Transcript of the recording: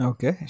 Okay